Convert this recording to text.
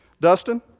Dustin